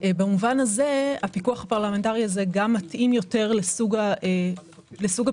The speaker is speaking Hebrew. במובן הזה הפיקוח הפרלמנטרי הזה גם מתאים יותר לסוג הפיקוח